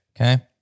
Okay